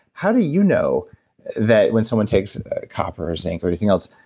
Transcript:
how do you know that when someone takes copper or zinc or anything else,